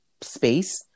space